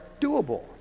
doable